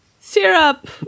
Syrup